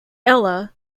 ella